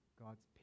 God's